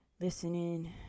listening